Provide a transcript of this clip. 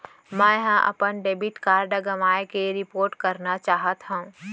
मै हा अपन डेबिट कार्ड गवाएं के रिपोर्ट करना चाहत हव